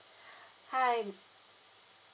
hi mm